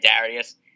Darius